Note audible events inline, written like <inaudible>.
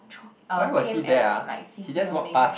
<noise> uh came and like see see only